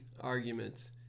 arguments